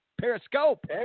periscope